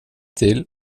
till